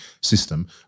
system